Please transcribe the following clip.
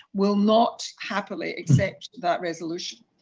will not happily accept that resolution.